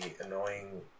annoying